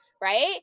Right